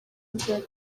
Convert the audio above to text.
mbere